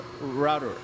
router